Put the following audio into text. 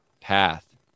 path